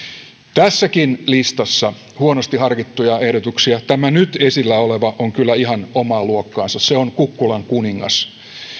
tässäkin listassa huonosti harkittuja ehdotuksia tämä nyt esillä oleva on kyllä ihan omaa luokkaansa se on kukkulan kuningas